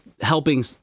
helping